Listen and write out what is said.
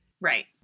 Right